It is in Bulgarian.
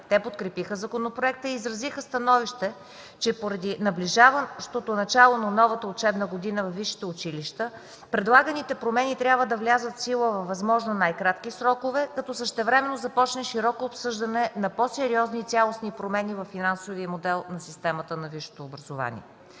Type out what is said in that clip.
Те подкрепиха законопроекта и изразиха становище, че поради наближаващото начало на новата учебна година във висшите училища предлаганите промени трябва да влязат в сила във възможно най-кратки срокове, като същевременно започне широко обсъждане на по-сериозни и цялостни промени във финансовия модел на системата на висшето образование.